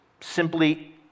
simply